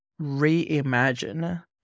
reimagine